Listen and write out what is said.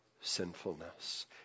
sinfulness